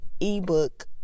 ebook